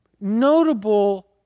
notable